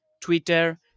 Twitter